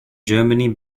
germany